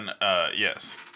Yes